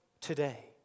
today